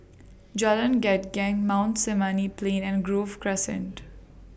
Jalan Gendang Mount Sinai Plain and Grove Crescent